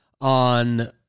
on